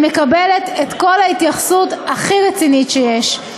היא מקבלת את כל ההתייחסות הכי רצינית שיש.